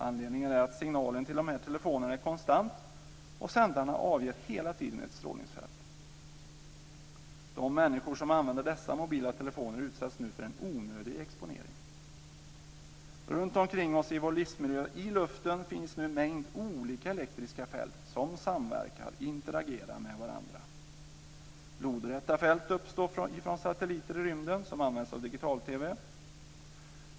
Anledningen är att signalen till de här telefonerna är konstant, och sändaren avger hela tiden ett strålningsfält. De människor som använder dessa mobila telefoner utsätts nu för en onödig exponering. Runtomkring oss i vår livsmiljö, i luften, finns nu en mängd olika elektriska fält som samverkar, interagerar, med varandra. Lodräta fält uppstår från satelliter i rymden som används av digital-TV.